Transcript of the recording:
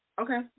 Okay